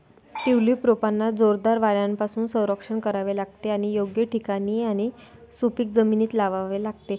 tulip रोपांना जोरदार वाऱ्यापासून संरक्षण करावे लागते आणि योग्य ठिकाणी आणि सुपीक जमिनीत लावावे लागते